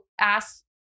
ask